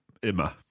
immer